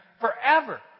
forever